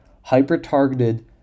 hyper-targeted